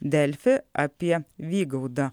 delfi apie vygaudą